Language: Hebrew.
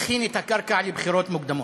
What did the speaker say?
שמכין את הקרקע לבחירות מוקדמות,